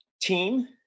team